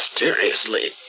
mysteriously